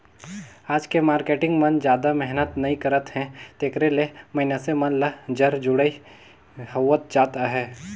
आज के मारकेटिंग मन जादा मेहनत नइ करत हे तेकरे ले मइनसे मन ल जर जुड़ई होवत जात अहे